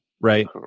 right